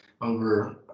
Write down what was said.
over